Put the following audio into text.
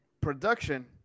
Production